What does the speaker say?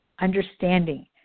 understanding